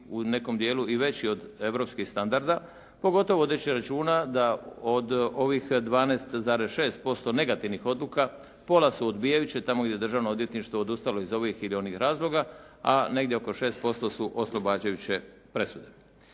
u nekom dijelu i veći od europskih standarda, pogotovo vodeći računa da od ovih 12,6% negativnih odluka pola su odbijajuće tamo gdje je državno odvjetništvo odustalo iz ovih ili onih razloga, a negdje oko 6% su oslobađajuće presude.